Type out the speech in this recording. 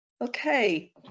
Okay